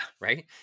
right